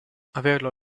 averlo